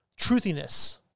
truthiness